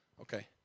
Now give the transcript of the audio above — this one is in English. Okay